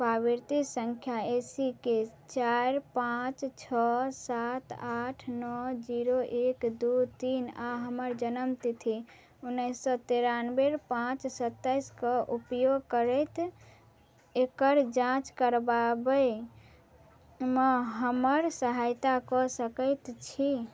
पावती सँख्या A C K चारि पाँच छओ सात आठ नओ जीरो एक दुइ तीन आओर हमर जनमतिथि उनैस सओ तेरानवे पाँच सत्ताइसके उपयोग करैत एकर जाँच करबाबैमे हमर सहायता कऽ सकै छी